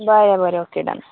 बरें बरें okay done